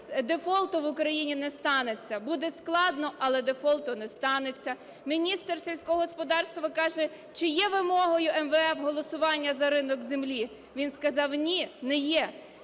дефолту в Україні не станеться: буде складно, але дефолту не станеться. Міністр сільського господарства каже… Чи є вимогою МВФ голосування за ринок землі? Він сказав: "Ні, не є".